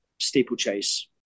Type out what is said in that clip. steeplechase